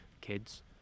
kids